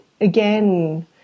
again